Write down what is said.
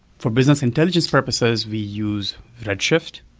for business intelligence purposes, we use redshift,